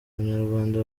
umunyarwanda